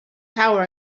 tower